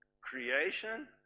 creation